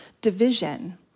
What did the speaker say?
division